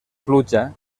pluja